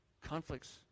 Conflicts